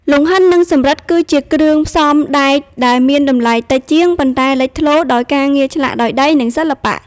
លង្ហិន និងសំរិទ្ធ គឺជាគ្រឿងផ្សំដែកដែលមានតម្លៃតិចជាង ប៉ុន្តែលេចធ្លោដោយការងារឆ្លាក់ដោយដៃ និងសិល្បៈ។